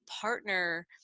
partner